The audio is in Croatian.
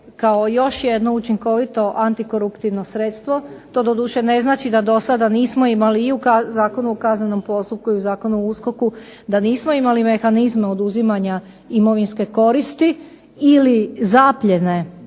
kao još jedno učinkovito antikoruptivno sredstvo, to doduše ne znači da dosada nismo imali i u Zakonu o kaznenom postupku i u Zakonu o USKOK-u da nismo imali mehanizme oduzimanja imovinske koristi ili zapljene